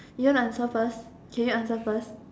you want to answer first can you answer first